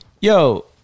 Yo